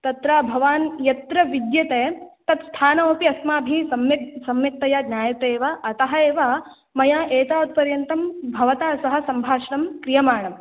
तत्र भवान् यत्र विद्यते तत् स्थानमपि अस्माभिः सम्यक् सम्यक्तया ज्ञायते एव अतः एव मया एतावत् पर्यन्तं भवता सह सम्भाषणं क्रियमाणं